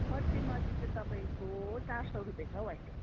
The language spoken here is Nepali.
कर्चिमर्ची चाहिँ तपाईँको चार सौ रुपियाँ छ हौ अहिले